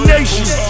Nation